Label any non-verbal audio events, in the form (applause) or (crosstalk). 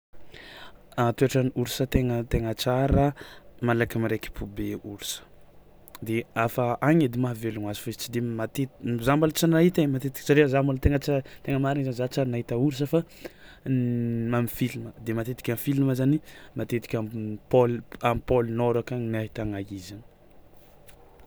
(noise) (hesitation) Toetran'ny oursa taigna taigna tsaraa, malaky miraiki-po be oursa de afa agny edy mahavelogno azy fa izy tsy de mate- (unintelligible) zah mbola tsy nahita ay matetiky satria zah mbola taigna tsy ary taigna marigny zany zah tsy ary nahita oursa fa (hesitation) amin'ny filma de matetiky amin'ny filma zanyy matetiky amin'ny pôle amin'ny pôle nord akagny no ahitagna izigny.